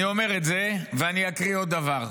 אני אומר את זה, ואקריא עוד דבר.